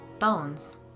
bones